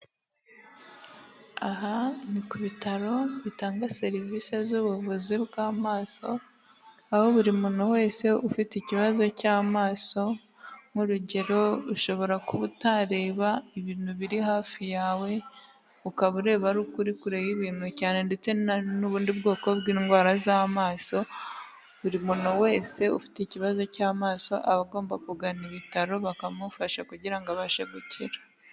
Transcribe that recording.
Aha ni ku bitaro bitanga serivisi z'ubuvuzi bw'amaso, aho buri muntu wese ufite ikibazo cy'amaso nk'urugero ushobora kuba utareba ibintu biri hafi yawe, ukaba ureba ari ukuri uri kure y'ibintu cyane ndetse n'ubundi bwoko bw'indwara z'amaso, buri muntu wese ufite ikibazo cy'amaso aba agomba kugana ibitaro bakamufasha kugira abashe gukira.